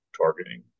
targeting